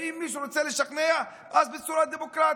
ואם מישהו רוצה לשכנע, אז בצורה דמוקרטית,